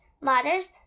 mothers